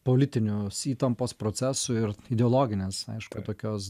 politinios įtampos procesų ir ideologinės aišku tokios